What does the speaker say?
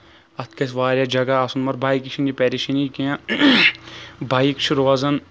اَتھ گژھِ واریاہ جگہہ آسُن مَگر بایکہِ چھنہٕ یہِ پریشٲنی کیٚنٛہہ بایک چھِ روزان